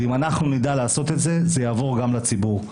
אם אנחנו נדע לעשות את זה, זה יעבור גם לציבור.